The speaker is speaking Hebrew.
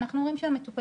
אנחנו אומרים שהמטופלים,